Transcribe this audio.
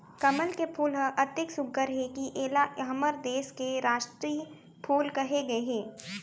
कमल के फूल ह अतेक सुग्घर हे कि एला हमर देस के रास्टीय फूल कहे गए हे